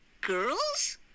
Girls